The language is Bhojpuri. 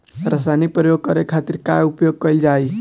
रसायनिक प्रयोग करे खातिर का उपयोग कईल जाइ?